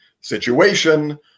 situation